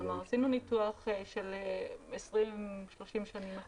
עשינו ניתוח של 30-20 השנים האחרונות.